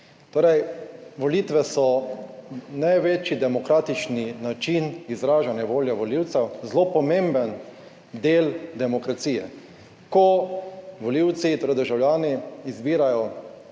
Torej, volitve so največji demokratični način izražanja volje volivcev, zelo pomemben del demokracije, ko volivci, torej državljani, izbirajo